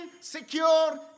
secure